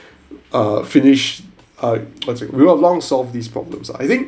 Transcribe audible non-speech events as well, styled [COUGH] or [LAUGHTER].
ah finish I what's it [NOISE] would long solved these problems I think